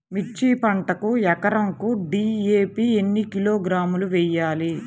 మిర్చి పంటకు ఎకరాకు డీ.ఏ.పీ ఎన్ని కిలోగ్రాములు వేయాలి?